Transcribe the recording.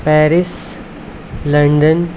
Paris London